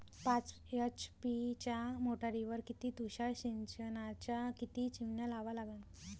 पाच एच.पी च्या मोटारीवर किती तुषार सिंचनाच्या किती चिमन्या लावा लागन?